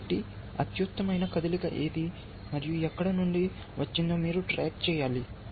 కాబట్టి అత్యుత్తమ కదలిక ఏది మరియు ఎక్కడ నుండి వచ్చిందో మీరు ట్రాక్ చేయాలి